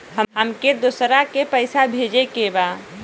हमके दोसरा के पैसा भेजे के बा?